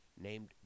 named